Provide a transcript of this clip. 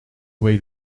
away